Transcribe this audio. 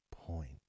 point